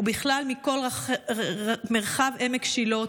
ובכלל מכל מרחב עמק שילה,